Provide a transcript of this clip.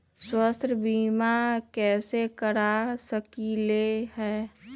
स्वाथ्य बीमा कैसे करा सकीले है?